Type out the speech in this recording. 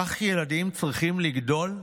כך ילדים צריכים לגדול?